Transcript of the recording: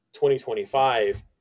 2025